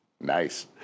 Nice